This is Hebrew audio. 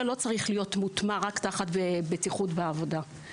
לא צריך להיות מוטמע רק תחת בטיחות בעבודה.